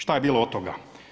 Šta je bilo od toga?